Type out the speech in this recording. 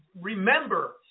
remember